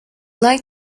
like